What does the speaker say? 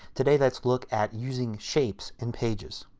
today let's look at using shapes in pages.